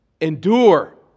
Endure